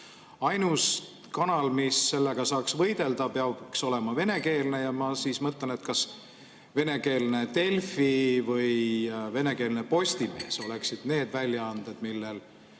Ainus kanal, mis sellega saaks võidelda, peaks olema venekeelne. Ja ma mõtlen, kas venekeelne Delfi või venekeelne Postimees oleksid need väljaanded, millel